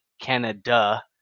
canada